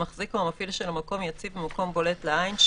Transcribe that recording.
המחזיק או המפעיל של המקום יציב במקום בולט לעין,